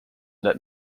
that